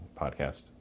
podcast